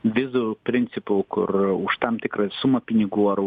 vizų principu kur už tam tikrą sumą pinigų ar